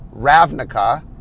Ravnica